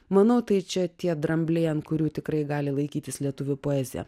manau tai čia tie drambliai ant kurių tikrai gali laikytis lietuvių poezija